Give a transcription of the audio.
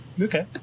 Okay